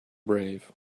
brave